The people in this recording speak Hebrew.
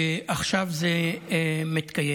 ועכשיו זה מתקיים.